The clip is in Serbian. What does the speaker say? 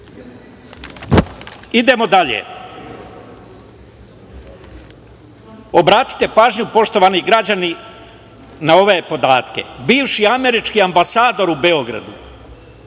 nisu. Idemo dalje. Obratite pažnju, poštovani građani, na ove podatke. Bivši američki ambasador u Beogradu,